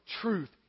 truth